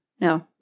no